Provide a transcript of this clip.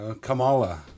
Kamala